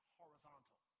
horizontal